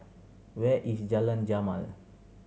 where is Jalan Jamal